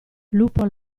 lupo